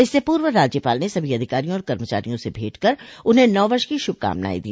इससे पूर्व राज्यपाल ने सभी अधिकारियों और कर्मचारियों से भेंट कर उन्हें नव वर्ष की शुभकामनाएं दी